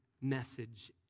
message